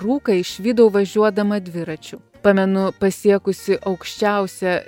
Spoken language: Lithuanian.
rūką išvydau važiuodama dviračiu pamenu pasiekusi aukščiausią